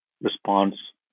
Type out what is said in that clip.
response